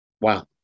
wow